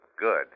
Good